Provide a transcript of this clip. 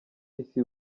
isi